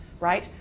right